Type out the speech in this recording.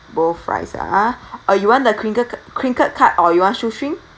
both fries ah uh you want the crinkle cu~ crinkled cut or you want shoestring